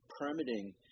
permitting